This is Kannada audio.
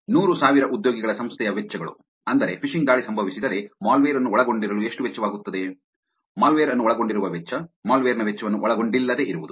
ನೂರು ಸಾವಿರ ಉದ್ಯೋಗಿಗಳ ಸಂಸ್ಥೆಯ ವೆಚ್ಚಗಳು ಅಂದರೆ ಫಿಶಿಂಗ್ ದಾಳಿ ಸಂಭವಿಸಿದರೆ ಮಾಲ್ವೇರ್ ಅನ್ನು ಒಳಗೊಂಡಿರಲು ಎಷ್ಟು ವೆಚ್ಚವಾಗುತ್ತದೆ ಮಾಲ್ವೇರ್ ಅನ್ನು ಒಳಗೊಂಡಿರುವ ವೆಚ್ಚ ಮಾಲ್ವೇರ್ ನ ವೆಚ್ಚವನ್ನು ಒಳಗೊಂಡಿಲ್ಲದೆ ಇರುವುದು